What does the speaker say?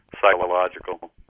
psychological